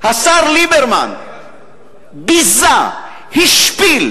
השר ליברמן ביזה, השפיל